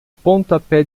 pontapé